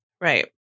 Right